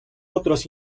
otros